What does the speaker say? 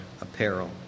apparel